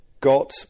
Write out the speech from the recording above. got